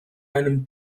einem